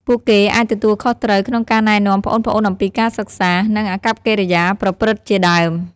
ពួកគេអាចទទួលខុសត្រូវក្នុងការណែនាំប្អូនៗអំពីការសិក្សា និងអាកប្បកិរិយាប្រព្រឹត្តជាដើម។